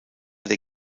der